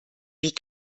wie